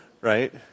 Right